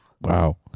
wow